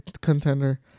contender